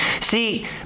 See